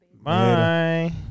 Bye